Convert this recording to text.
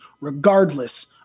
regardless